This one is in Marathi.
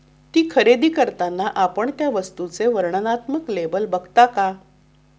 ती खरेदी करताना आपण त्या वस्तूचे वर्णनात्मक लेबल बघता का?